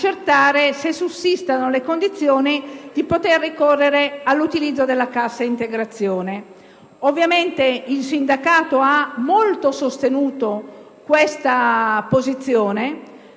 se sussistono le condizioni per potere ricorrere all'utilizzo della cassa integrazione. Ovviamente il sindacato ha molto sostenuto questa posizione,